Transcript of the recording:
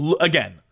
again